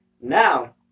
Now